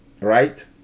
right